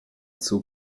zur